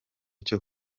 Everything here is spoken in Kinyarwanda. cyo